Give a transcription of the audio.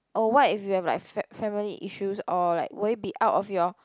oh what if you have like fam~ family issues or like will it be out of your